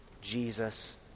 Jesus